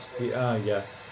yes